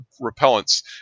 repellents